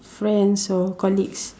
friends or colleagues